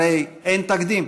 הרי אין תקדים.